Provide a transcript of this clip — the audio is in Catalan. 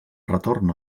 retorn